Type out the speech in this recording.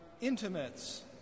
intimates